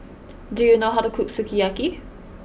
do you know how to cook sukiyaki